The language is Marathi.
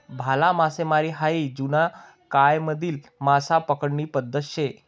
भाला मासामारी हायी जुना कायमाधली मासा पकडानी पद्धत शे